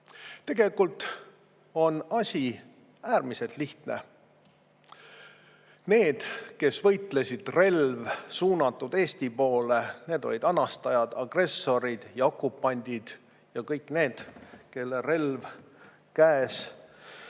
kallal. Tegelikult on asi äärmiselt lihtne. Need, kes võitlesid, relv suunatud Eesti poole, olid anastajad, agressorid ja okupandid, ja kõik need Eesti mehed,